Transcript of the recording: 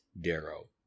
Darrow